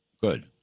Good